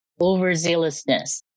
overzealousness